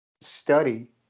study